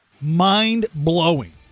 Mind-blowing